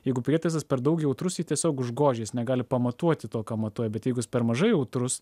jeigu prietaisas per daug jautrus jį tiesiog užgožia jis negali pamatuoti to ką matuoja bet jeigu jis per mažai jautrus